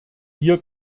hier